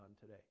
today